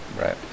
Right